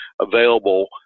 available